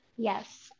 yes